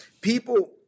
People